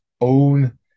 own